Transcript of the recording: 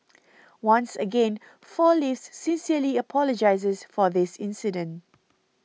once again Four Leaves sincerely apologises for this incident